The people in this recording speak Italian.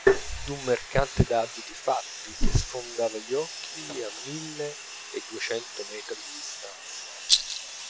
insolente d'un mercante d'abiti fatti che sfondava gli occhi a mille e duecento metri di distanza